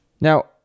Now